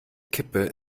kippe